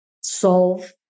solve